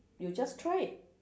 you just try it